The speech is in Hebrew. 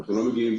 אנחנו לא מגיעים